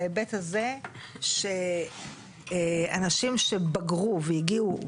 בהיבט הזה שאנשים שבגרו והגיעו,